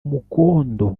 mukondo